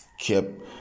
kept